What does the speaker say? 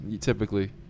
typically